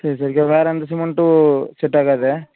சரி சரிக்கா வேறு எந்த சிமெண்ட்டும் செட் ஆகாது